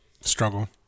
Struggle